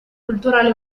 culturale